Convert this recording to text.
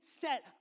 set